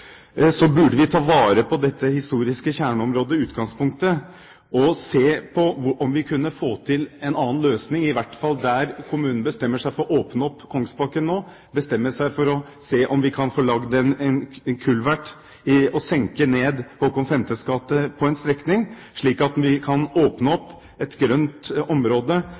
burde vi ta vare på dette historiske kjerneområdet i utgangspunktet. Man bør se på om man kan få til en annen løsning, iallfall der kommunen bestemmer seg for å åpne for Kongsbakken, og om man kan få laget en kulvert og senke ned Kong Håkon 5.s gate på en strekning, slik at vi kan åpne opp et grønt område,